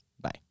Bye